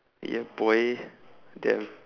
ya boy damn